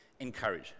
encourage